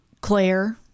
claire